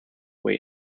wait